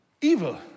evil